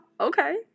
okay